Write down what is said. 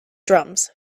drums